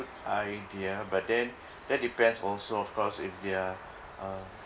idea but then that depends also of course if there're uh